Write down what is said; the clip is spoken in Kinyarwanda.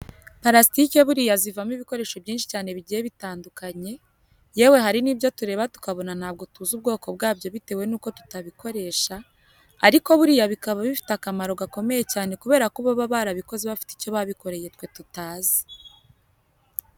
Parasitike buriya zivamo ibikoresho byinshi cyane bigiye bitadukanye, yewe hari n'ibyo tureba tukabona ntabwo tuzi ubwoko bwabyo bitewe nuko tutabikoresha, ariko buriya bikaba bifite akamaro gakomeye cyane kubera ko baba barabikoze bafite icyo babikoreye twe tutazi.